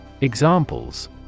Examples